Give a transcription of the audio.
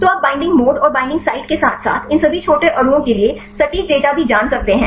तो आप binding mode और बिंडिंग साइट के साथ साथ इन सभी छोटे अणुओं के लिए सटीक डेटा भी जान सकते हैं